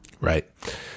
right